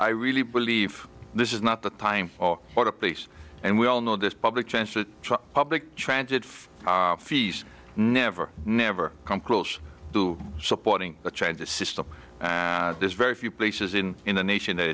i really believe this is not the time or what a place and we all know this public transport public transit fees never never come close to supporting the transit system there's very few places in in the nation that